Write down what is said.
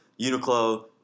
Uniqlo